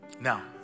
Now